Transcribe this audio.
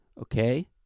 okay